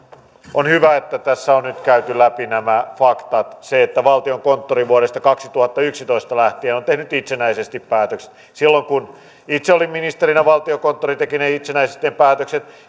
on hyvä että tässä on nyt käyty läpi nämä faktat se että valtiokonttori vuodesta kaksituhattayksitoista lähtien on tehnyt itsenäisesti päätökset silloin kun itse olin ministerinä valtiokonttori teki ne päätökset